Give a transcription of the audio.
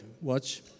Watch